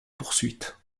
poursuite